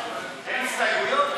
אין הסתייגויות,